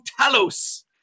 Talos